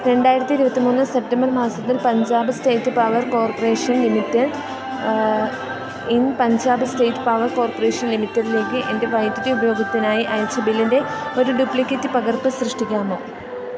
രണ്ടായിരത്തി ഇരുപത്തിമൂന്ന് സെപ്റ്റംബർ മാസത്തിൽ Punjab state power corporation limited in Punjab state power corporation ലിമിറ്റഡിലേക്ക് എൻ്റെ വൈദ്യുതി ഉപയോഗത്തിനായി അയച്ച ബില്ലിൻ്റെ ഒരു ഡ്യൂപ്ലിക്കേറ്റ് പകർപ്പ് സൃഷ്ടിക്കാമോ